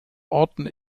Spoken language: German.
orten